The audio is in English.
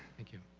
thank you.